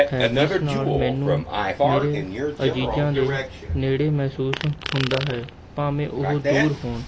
ਹੈ ਜਿਸ ਨਾਲ ਮੈਨੂੰ ਮੇਰੇ ਅਜ਼ੀਜ਼ਾਂ ਦੇ ਨੇੜੇ ਮਹਿਸੂਸ ਹੁੰਦਾ ਹੈ ਭਾਵੇਂ ਉਹ ਦੂਰ ਹੋਣ